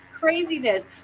Craziness